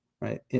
Right